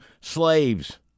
slaves